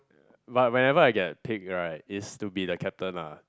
but whenever I get picked alright it's to be the captain lah